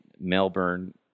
Melbourne